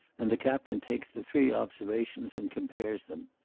and the captain takes the three observations and compares them.